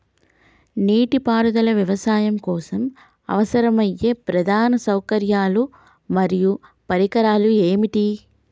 నీటిపారుదల వ్యవసాయం కోసం అవసరమయ్యే ప్రధాన సౌకర్యాలు మరియు పరికరాలు ఏమిటి?